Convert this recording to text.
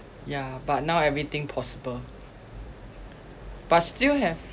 yeah but now everything possible but still have